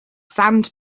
sand